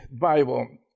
Bible